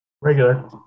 Regular